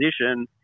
position